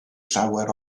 llawer